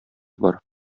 бар